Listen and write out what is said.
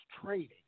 trading